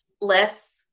less